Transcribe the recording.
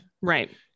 Right